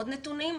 עוד נתונים,